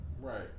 Right